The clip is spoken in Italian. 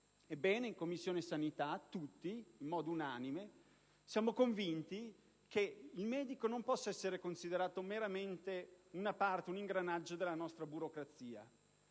Ebbene, in Commissione sanità siamo unanimemente convinti che il medico non possa essere considerato meramente un ingranaggio della nostra burocrazia,